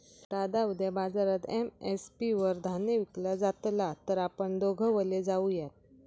दादा उद्या बाजारात एम.एस.पी वर धान्य विकला जातला तर आपण दोघवले जाऊयात